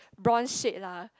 bronze shade lah